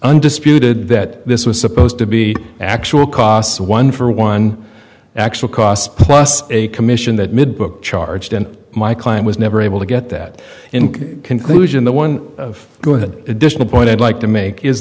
undisputed that this was supposed to be actual costs one for one actual cost plus a commission that mid book charged and my client was never able to get that in conclusion the one of the good additional point i'd like to make is